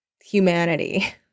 humanity